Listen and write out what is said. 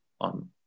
on